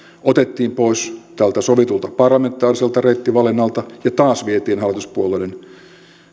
otettiin pois tältä sovitulta parlamentaariselta reittivalinnalta ja taas vietiin hallituspuolueiden